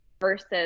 versus